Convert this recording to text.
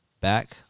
back